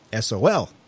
SOL